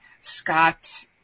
Scott